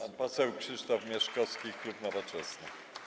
Pan poseł Krzysztof Mieszkowski, klub Nowoczesna.